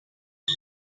hey